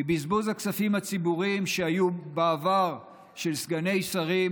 מבזבוז הכספים הציבוריים שהיו בעבר על סגני שרים